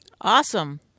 Awesome